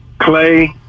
Clay